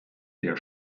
der